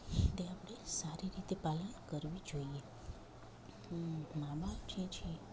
તે આપણે સારી રીતે પાલન કરવું જોઈએ હું નાનો જે છે